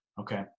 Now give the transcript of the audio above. okay